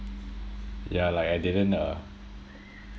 yeah like I didn't uh